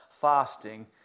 fasting